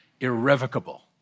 irrevocable